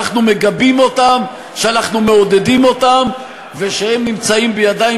שאנחנו מגבים אותם, שאנחנו מעודדים אותם, יריב,